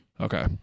Okay